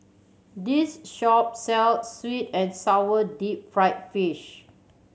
this shop sells sweet and sour deep fried fish